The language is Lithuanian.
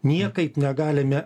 niekaip negalime